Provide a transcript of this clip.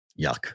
yuck